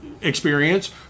experience